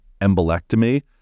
embolectomy